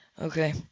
Okay